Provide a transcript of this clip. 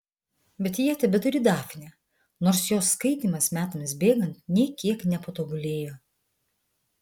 bet jie tebeturi dafnę nors jos skaitymas metams bėgant nė kiek nepatobulėjo